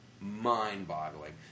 mind-boggling